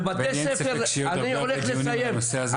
בני אין ספק שיהיו עוד הרבה דיונים בנושא הזה.